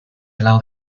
allow